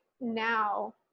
now